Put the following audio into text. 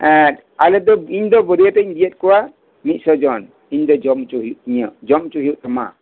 ᱟᱞᱮᱫᱚ ᱤᱧ ᱫᱚ ᱵᱟᱹᱨᱭᱟᱹᱛᱚᱜ ᱤᱧ ᱤᱫᱤᱭᱮᱫ ᱠᱚᱣᱟ ᱢᱤᱫᱥᱳ ᱡᱚᱱ ᱤᱧ ᱫᱚ ᱡᱚᱢ ᱚᱪᱚ ᱦᱩᱭᱩᱜ ᱛᱤᱧᱟ ᱡᱚᱢ ᱚᱪᱚ ᱦᱩᱭᱩᱜ ᱛᱟᱢᱟ